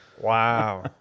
Wow